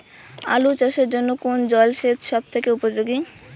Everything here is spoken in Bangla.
আলু চাষের জন্য কোন জল সেচ সব থেকে উপযোগী?